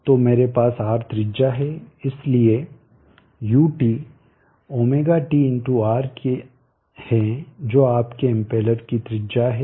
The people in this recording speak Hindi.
तो मेरे पास r त्रिज्या है इसलिए ut ωt×r के है जो आपके इम्पेलर की त्रिज्या है